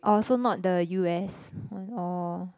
oh so not the U_S one oh